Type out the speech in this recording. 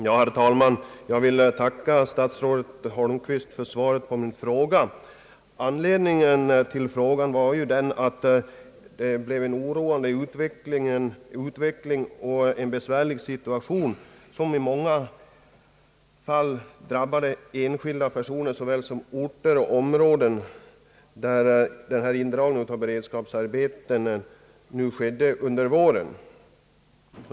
Herr talman! Jag ber att få tacka statsrådet Holmqvist för svaret på min fråga. Anledningen till frågan är den oroande utveckling och besvärliga situation som i många fall drabbat enskilda personer såväl som orter och områden genom indragningen av beredskapsarbetena under våren.